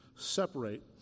Separate